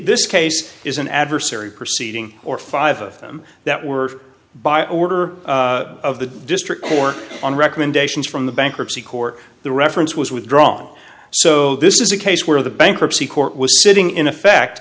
this case is an adversary proceeding or five of them that were by order of the district court on recommendations from the bankruptcy court the reference was withdrawn so this is a case where the bankruptcy court was sitting in effect